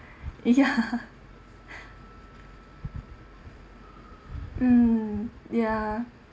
ya mm ya